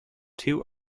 two